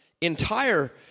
entire